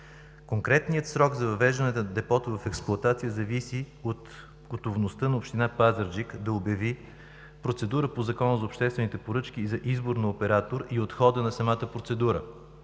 Конкретният срок за въвеждането на депото в експлоатация зависи от готовността на община Пазарджик да обяви процедура по Закона за обществените поръчки и за избор на оператор, и от хода на самата процедура.